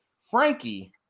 Frankie